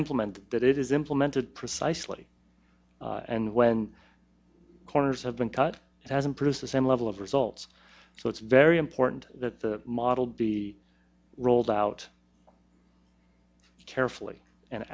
implement that it is implemented precisely and when corners have been cut has improved the same level of results so it's very important that the model be rolled out carefully and